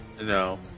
No